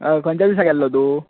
हय खंयचे दिसा गेल्लो तूं